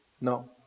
No